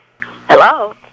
Hello